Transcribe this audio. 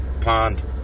pond